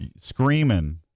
screaming